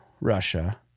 russia